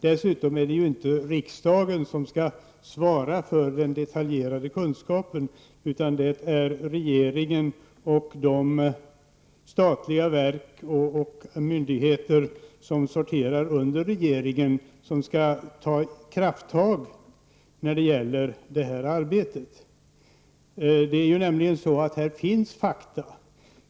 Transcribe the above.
Dessutom är det ju inte riksdagen som skall svara för den detaljerade kunskapen, utan det är regeringen och de statliga verk och myndigheter som sorterar under regeringen som skall ta krafttag när det gäller det här arbetet. Det är nämligen så att det finns fakta.